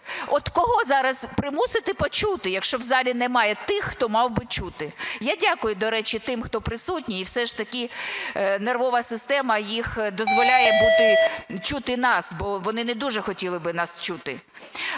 От кого зараз примусити почути, якщо в залі немає тих, хто мав би чути? Я дякую, до речі, тим, хто присутній і все ж таки нервова система їх дозволяє чути нас, бо вони не дуже хотіли би нас чути.